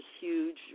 huge